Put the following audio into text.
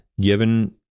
given –